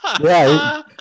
Right